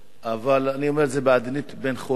אבל אני אומר את זה בעדינות, בן חורג.